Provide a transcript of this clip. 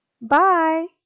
Bye